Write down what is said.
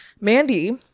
Mandy